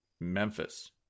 Memphis